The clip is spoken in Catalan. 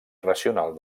racional